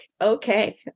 okay